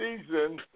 season